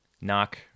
Knock